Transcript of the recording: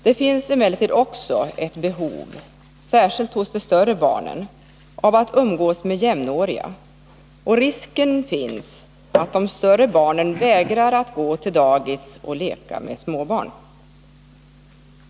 Det finns emellertid också ett behov, särskilt hos de större barnen, av att umgås med jämnåriga, och risken finns att de större barnen vägrar att gå till dagis och leka med småbarn.